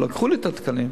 ולקחו לי את התקנים,